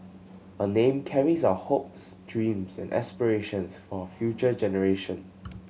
a name carries our hopes dreams and aspirations for future generation